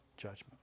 judgment